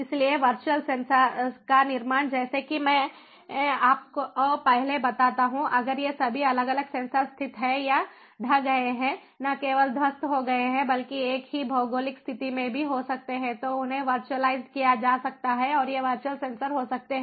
इसलिए virtual sensor का निर्माण जैसा कि मैं आपको पहले बताता हूं अगर ये सभी अलग अलग सेंसर स्थित हैं या ढह गए हैं न केवल ध्वस्त हो गए हैं बल्कि एक ही भौगोलिक स्थिति में भी हो सकते हैं तो उन्हें वर्चुअलाइज्ड किया जा सकता है और ये वर्चुअल सेंसर हो सकते हैं